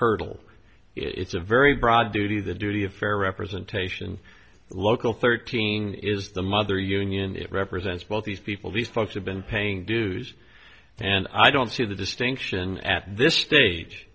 hurdle it's a very broad duty the duty of fair representation local thirteen is the mother union it represents both these people these folks have been paying dues and i don't see the distinction at this stage